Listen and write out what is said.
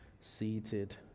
seated